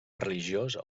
religiós